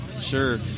sure